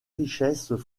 richesses